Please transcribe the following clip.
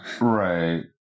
Right